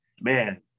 man –